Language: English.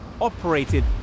operated